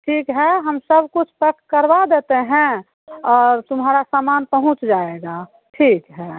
ठीक है हम सब कुछ पैक करवा देते हैं और तुम्हारा समान पहुँच जाएगा ठीक है